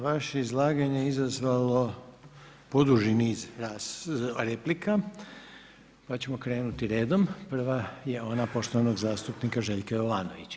Vaše izlaganje je izazvalo poduži niz replika pa ćemo krenuti redom, prva je ona poštovanog zastupnika Željka Jovanovića.